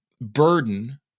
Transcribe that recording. burden